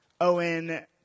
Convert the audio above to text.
Owen